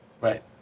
Right